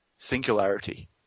Singularity